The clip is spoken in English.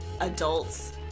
adults